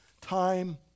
time